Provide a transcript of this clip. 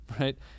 right